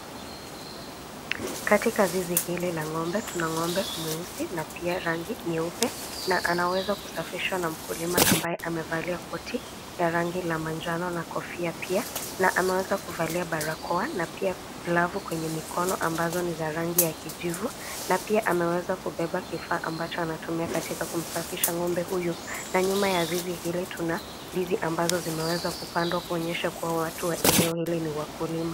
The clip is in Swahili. Katika zizi hili la ng'ombe tunaona mweusi na pia rangi nyeupe na kanaweza kisafishwa na mkulima ambaye amevalia koti ya rangi la manjano na kofia pia na ameweza kuvalia barakoa na pia glavu kwenye mikono, ambazo ni za rangi ya kijivu. Na pia ameweza kubeba kifaa ambacho anatumia katika kumsafisha ng'ombe huyu. Na nyuma ya zizi hili tuna ndizi ambazo zimeweza kupandwa kuonyesha kuwa watu wa eneo hili ni wakulima.